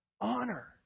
honor